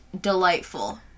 delightful